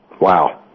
Wow